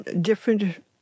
different